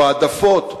או העדפות,